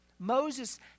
Moses